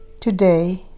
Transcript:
today